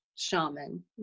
shaman